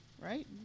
Right